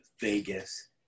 Vegas